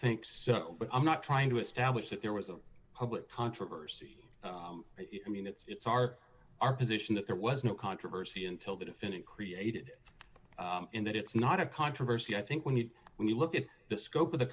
think so but i'm not trying to establish that there was a public controversy i mean it's our our position that there was no controversy until the defendant created in that it's not a controversy i think when you when you look at the scope of the